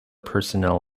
personnel